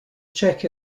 check